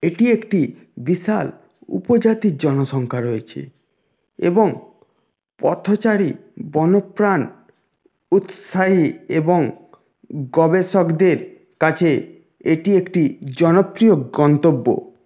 এটি একটি বিশাল উপজাতির জনসংখ্যা রয়েছে এবং পথচারী বন্যপ্রাণ উৎসাহী এবং গবেষকদের কাছে এটি একটি জনপ্রিয় গন্তব্য